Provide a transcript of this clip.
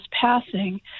passing